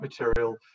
material